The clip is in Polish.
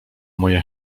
moje